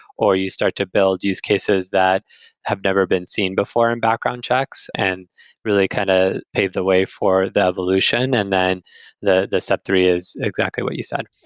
or you start to build use cases that have never been seen before in background checks and really kind of ah pave the way for the evolution. and then the the step three is exactly what you said.